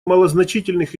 малозначительных